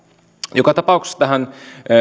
joka tapauksessa tähän